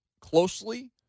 closely